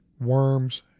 worms